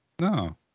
no